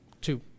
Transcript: Two